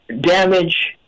damage